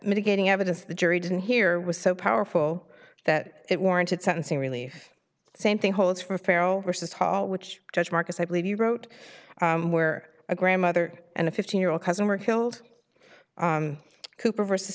mitigating evidence the jury didn't hear was so powerful that it warranted sentencing relief same thing holds for farrow versus hall which judge marcus i believe you wrote where a grandmother and a fifteen year old cousin were killed cooper